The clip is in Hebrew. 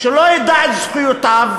שלא ידע את זכויותיו,